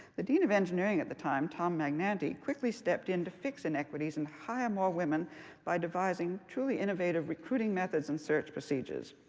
the dean of engineering at the time, tom magnanti, quickly stepped in to fix inequities and hire more women by devising truly innovative recruiting methods and search procedures.